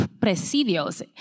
presidios